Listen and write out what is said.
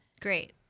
Great